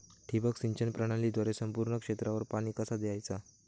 ठिबक सिंचन प्रणालीद्वारे संपूर्ण क्षेत्रावर पाणी कसा दयाचा?